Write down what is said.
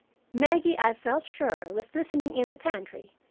maggie, i felt sure, was listening in the pantry,